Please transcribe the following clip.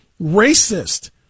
racist